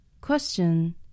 Question